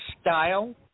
style